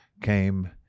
came